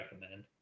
recommend